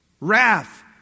wrath